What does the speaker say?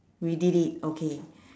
we did it okay